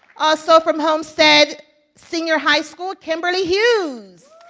also from homestead senior high school, kimberly hughes.